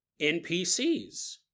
NPCs